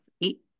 eight